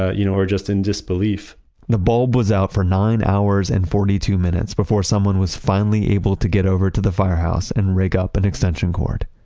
ah you know, or just in disbelief the bulb was out for nine hours and forty two minutes before someone was finally able to get over to the firehouse and rig up an extension cord.